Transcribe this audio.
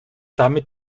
damit